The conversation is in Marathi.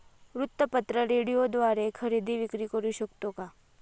वृत्तपत्र, रेडिओद्वारे खरेदी विक्री करु शकतो का?